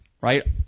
right